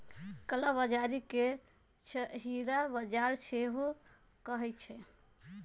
कला बजारी के छहिरा बजार सेहो कहइ छइ